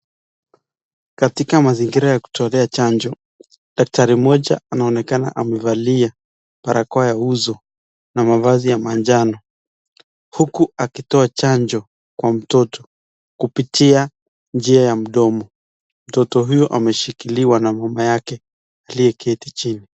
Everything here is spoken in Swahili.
Katika mazingira ya kutolea chanjo daktari mmoja anaonekana amevalia barakoa ya uso na mavazi ya manjano huku akitoa chanjo kwa mtoto kupitia njia ya mdomo. Mtoto huyo ameshikiliwa na mama yake aliyeketi chini.